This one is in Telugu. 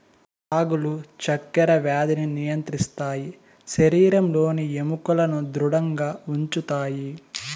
రాగులు చక్కర వ్యాధిని నియంత్రిస్తాయి శరీరంలోని ఎముకలను ధృడంగా ఉంచుతాయి